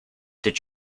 did